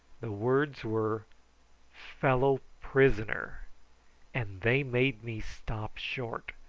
the words were fellow-prisoner and they made me stop short,